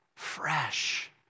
Fresh